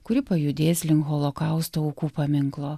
kuri pajudės link holokausto aukų paminklo